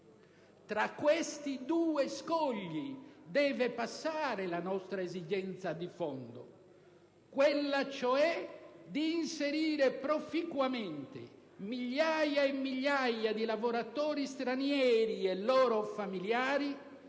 Tra questi due scogli deve passare la nostra esigenza di fondo, quella cioè di inserire proficuamente migliaia e migliaia di lavoratori stranieri e i loro familiari